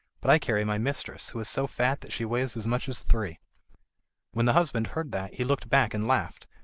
but i carry my mistress, who is so fat that she weights as much as three when the husband heard that he looked back and laughed,